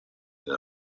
nel